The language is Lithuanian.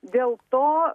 dėl to